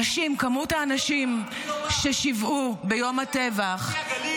כמות האנשים ששיוועו ביום הטבח -- מי לא בא?